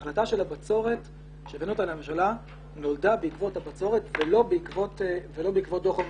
ההחלטה של הממשלה נולדה בעקבות הבצורת ולא בעקבות דוח המבקר.